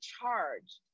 charged